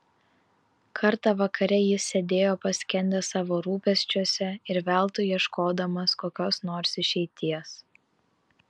kartą vakare jis sėdėjo paskendęs savo rūpesčiuose ir veltui ieškodamas kokios nors išeities